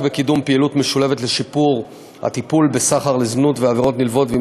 בקידום פעילות משולבת לשיפור הטיפול בסחר לזנות ועבירות נלוות ועם